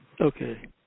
Okay